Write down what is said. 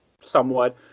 somewhat